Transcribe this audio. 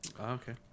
okay